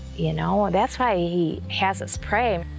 you know ah that's why he has us pray.